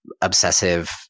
obsessive